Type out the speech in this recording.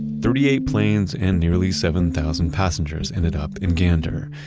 thirty eight planes and nearly seven thousand passengers ended up in gander.